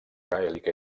gaèlica